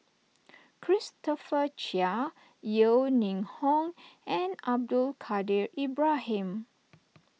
Christopher Chia Yeo Ning Hong and Abdul Kadir Ibrahim